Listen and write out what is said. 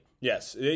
Yes